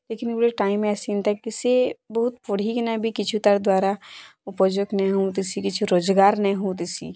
time ଆସନ୍ତାକି ସେ ବହୁତ୍ ପଢ଼ିକିନା ବି କିଛି ତା'ର୍ ଦ୍ୱାରା ଉପଯୋଗ ନାଇଁ ହଉନ୍ତିସି କିଛି ରୋଜ୍ଗାର୍ ହଉନ୍ତିସି